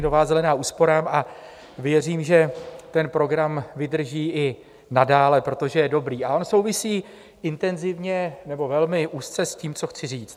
Nová zelená úsporám a věřím, že ten program vydrží i nadále, protože je dobrý a souvisí intenzivně nebo velmi úzce s tím, co chci říct.